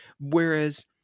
Whereas